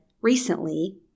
Recently